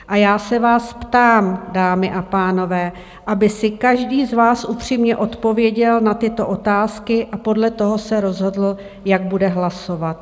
A já se vás ptám, dámy a pánové, aby si každý z vás upřímně odpověděl na tyto otázky a podle toho se rozhodl, jak bude hlasovat.